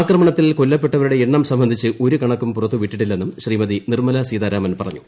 ആക്രമണത്തിൽ കൊല്ലപ്പെട്ടവരുടെ എണ്ണം സംബന്ധിച്ച് ഒരു കണക്കും പുറത്തുവിട്ടിട്ടില്ലെന്നും ശ്രീമതി നിർമ്മലാ സീതാരാമൻ പറഞ്ഞു